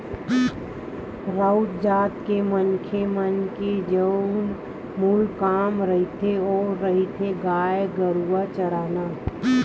राउत जात के मनखे मन के जउन मूल काम रहिथे ओहा रहिथे गाय गरुवा चराना